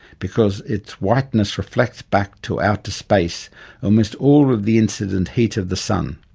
because its whiteness reflects back to outer space almost all of the incident heat of the sun,